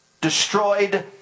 destroyed